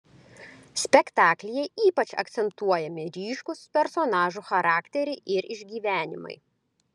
spektaklyje ypač akcentuojami ryškūs personažų charakteriai ir išgyvenimai